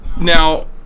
now